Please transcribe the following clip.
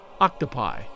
octopi